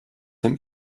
him